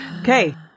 Okay